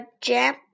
jam